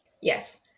Yes